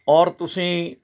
ਔਰ ਤੁਸੀਂ